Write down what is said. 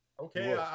Okay